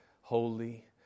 holy